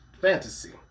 fantasy